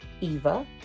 eva